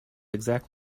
exact